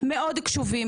מאוד קשובים,